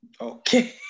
Okay